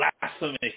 Blasphemy